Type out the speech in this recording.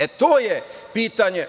E, to je pitanje.